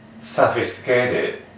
sophisticated